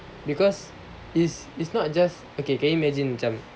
because it's it's not just okay can you imagine macam